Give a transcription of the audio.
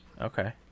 okay